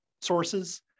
sources